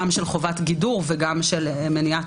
סעיפים של חובת גידור ושל מניעת